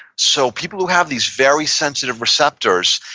so, people who have these very sensitive receptors,